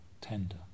tender